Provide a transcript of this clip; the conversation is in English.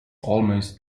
almost